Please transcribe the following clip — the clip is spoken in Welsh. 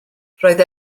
roedd